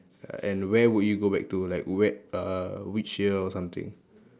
and where would you go back to like where uh which year or something